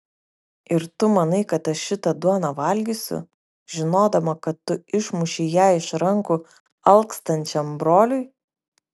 ir tu manai kad aš šitą duoną valgysiu žinodama kad tu išmušei ją iš rankų alkstančiam broliui